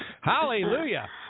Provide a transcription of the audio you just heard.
Hallelujah